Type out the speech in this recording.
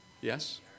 Yes